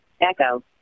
Echo